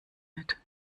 mit